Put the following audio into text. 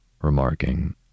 remarking